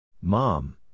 Mom